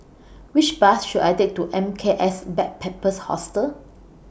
Which Bus should I Take to M K S Backpackers Hostel